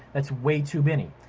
that's way too many.